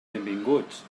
benvinguts